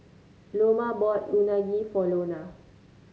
Loma bought Unagi for Lona